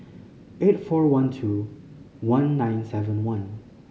eight four one two one nine seven one